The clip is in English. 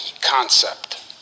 concept